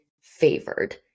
favored